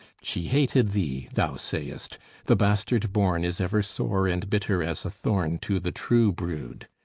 she hated thee, thou sayest the bastard born is ever sore and bitter as a thorn to the true brood.